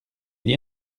dit